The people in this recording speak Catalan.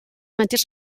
mateix